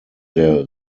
der